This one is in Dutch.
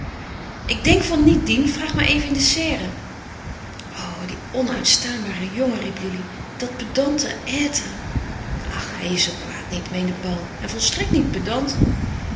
ik denk van niet dien vraag maar even in de serre o die onuitstaanbare jongen riep lili dat pedante être ach hij is zoo kwaad niet meende paul en volstrekt niet pedant